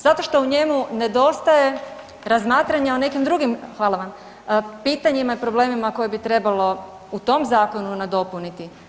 Zato što u njemu nedostaje razmatranje o nekim drugim, hvala vam, pitanjima i problemima koje bi trebalo u tom zakonu nadopuniti.